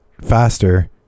faster